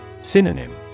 Synonym